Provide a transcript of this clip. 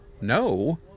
No